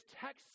text